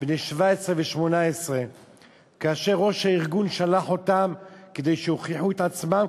בני 17 ו-18 כאשר ראש הארגון שלח אותם כדי שיוכיחו את עצמם,